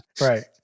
Right